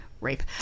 rape